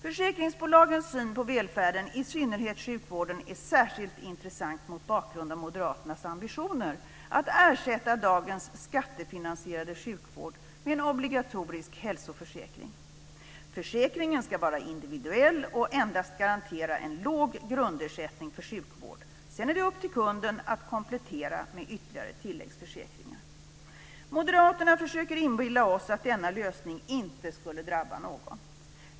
Försäkringsbolagens syn på välfärden och i synnerhet sjukvården är särskilt intressant mot bakgrund av moderaternas ambitioner att ersätta dagens skattefinansierade sjukvård med en obligatorisk hälsoförsäkring. Försäkringen ska vara individuell och endast garantera en låg grundersättning för sjukvård. Sedan är det upp till "kunden" att komplettera med ytterligare tilläggsförsäkringar. Moderaterna försöker inbilla oss att denna lösning inte skulle drabba någon.